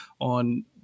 on